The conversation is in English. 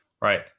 Right